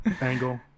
angle